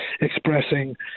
expressing